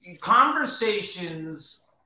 conversations